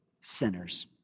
sinners